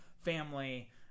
family